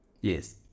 Yes